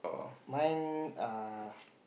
mine err